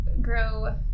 grow